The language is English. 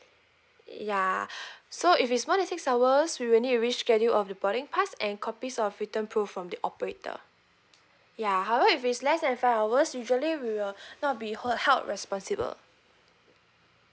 ya so if it's more than six hours we will need to reschedule of the boarding pass and copies of written proof from the operator ya however if it's less than five hours usually we will not be hold held responsible